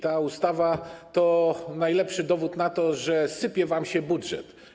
Ta ustawa to najlepszy dowód na to, że sypie się wam budżet.